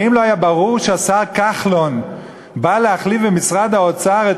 האם לא היה ברור שהשר כחלון בא להחליף במשרד האוצר את